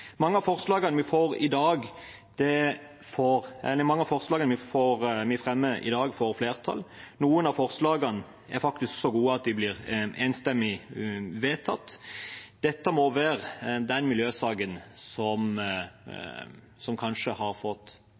Mange av forslagene vi fremmer i dag, får flertall. Noen av forslagene er faktisk så gode at de blir enstemmig vedtatt. Dette må være den miljøsaken som kanskje har fått